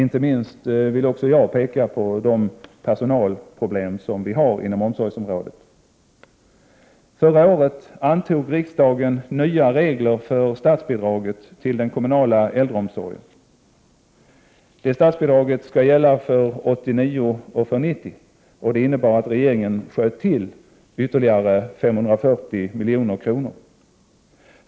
Jag vill inte minst peka på de personalproblem som vi har inom omsorgsområdet. Förra året antog riksdagen nya regler för statsbidraget till den kommunala äldreomsorgen. Detta statsbidrag skall gälla för åren 1989 och 1990. Det innebär att regeringen tillskjuter ytterligare 540 milj.kr.